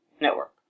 network